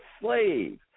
slave